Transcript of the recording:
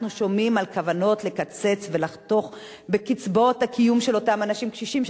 אנחנו שומעים על כוונות לקצץ בקצבאות הקיום של אותם אנשים קשישים,